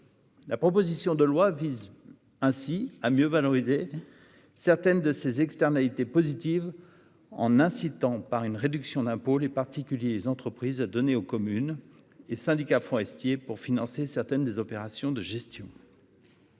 La proposition de loi vise ainsi à mieux valoriser certaines de ses externalités positives en incitant, par une réduction d'impôt, les particuliers et les entreprises à donner aux communes et syndicats forestiers pour financer certaines des opérations de gestion